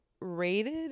rated